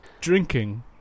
drinking